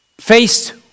faced